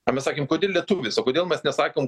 o mes sakėm kodėl lietuvis o kodėl mes nesakom